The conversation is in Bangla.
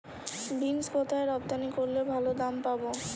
বিন্স কোথায় রপ্তানি করলে ভালো দাম পাব?